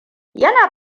yana